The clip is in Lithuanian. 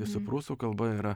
tai su prūsų kalba yra